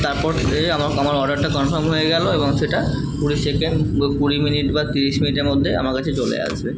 তারপর এই যে আমার আমার অর্ডারটা কনফার্ম হয়ে গেল এবং সেটা কুড়ি সেকেণ্ড বা কুড়ি মিনিট বা তিরিশ মিনিটের মধ্যে আমার কাছে চলে আসবে